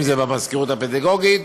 במזכירות הפדגוגית